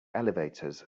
elevators